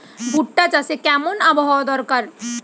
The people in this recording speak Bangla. ভুট্টা চাষে কেমন আবহাওয়া দরকার?